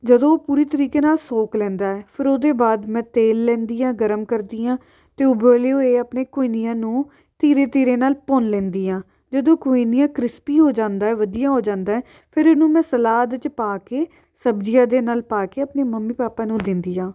ਜਦੋਂ ਉਹ ਪੂਰੀ ਤਰੀਕੇ ਨਾਲ਼ ਸੌਖ ਲੈਂਦਾ ਹੈ ਫਿਰ ਉਹਦੇ ਬਾਅਦ ਮੈਂ ਤੇਲ ਲੈਂਦੀ ਹਾਂ ਗਰਮ ਕਰਦੀ ਹਾਂ ਅਤੇ ਉਬਲੇ ਹੋਏ ਆਪਣੇ ਕੋਈਨੀਆ ਨੂੰ ਧੀਰੇ ਧੀਰੇ ਨਾਲ਼ ਭੁੰਨ ਲੈਂਦੀ ਹਾਂ ਜਦੋਂ ਕੋਈਨੀਆ ਕ੍ਰਿਸਪੀ ਹੋ ਜਾਂਦਾ ਵਧੀਆ ਹੋ ਜਾਂਦਾ ਫਿਰ ਇਹਨੂੰ ਮੈਂ ਸਲਾਦ 'ਚ ਪਾ ਕੇ ਸਬਜ਼ੀਆਂ ਦੇ ਨਾਲ਼ ਪਾ ਕੇ ਆਪਣੀ ਮੰਮੀ ਪਾਪਾ ਨੂੰ ਦਿੰਦੀ ਹਾਂ